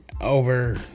over